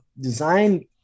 design